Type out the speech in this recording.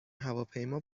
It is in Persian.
هواپیما